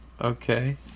Okay